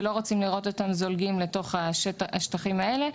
ולא רוצים לראות אותם זולגים לתוך השטחים האלה.